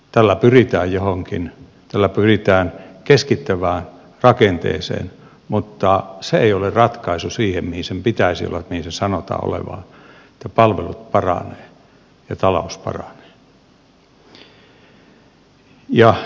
tällä pyritään johonkin tällä pyritään keskittävään rakenteeseen mutta se ei ole ratkaisu siihen mihin sen pitäisi olla mihin sen sanotaan olevan että palvelut paranevat ja talous paranee